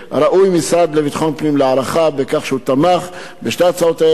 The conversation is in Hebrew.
ראוי המשרד לביטחון פנים להערכה על כך שהוא תמך בשתי ההצעות האלה.